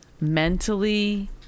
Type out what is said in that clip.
mentally